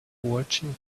watching